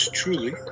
truly